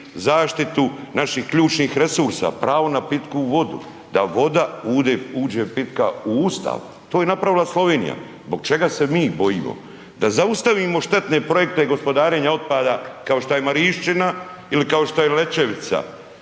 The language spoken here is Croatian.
zaštitu naših ključnih resursa, pravo na pitku vodu, da voda uđe pitka u Ustav, to je napravila Slovenija, zbog čega se mi bojimo? Da zaustavimo štetne projekte gospodarenja otpada kao šta je Marinščina ili kao što je Lečevica